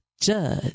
Judge